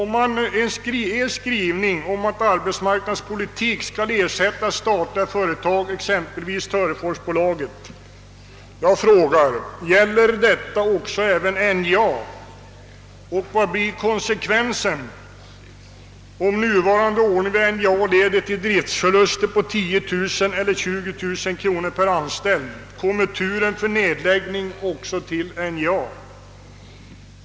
Med anledning av er skrivning att arbets marknadspolitik skall ersätta statliga företag, exempelvis Töreforsbolaget, vill jag fråga: Gäller detta också NJA, och vad blir konsekvensen, om nuvarande ordning vid NJA leder till driftförluster på 10000 eller 20000 kronor per anställd? Kommer turen till nedläggning också till NJA?